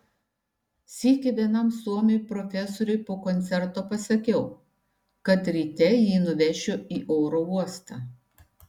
sykį vienam suomiui profesoriui po koncerto pasakiau kad ryte jį nuvešiu į oro uostą